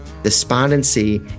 Despondency